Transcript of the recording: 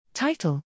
Title